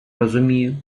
розумію